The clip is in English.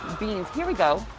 beans, here we go,